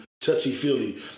touchy-feely